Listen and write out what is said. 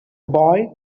boy